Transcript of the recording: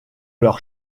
leur